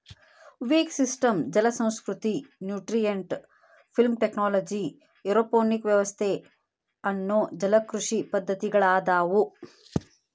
wick system ಜಲಸಂಸ್ಕೃತಿ, nutrient film technology, aeroponic ವ್ಯವಸ್ಥೆ ಅನ್ನೋ ಜಲಕೃಷಿ ಪದ್ದತಿಗಳದಾವು